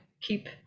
keep